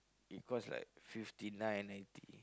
it cost like fifty nine ninety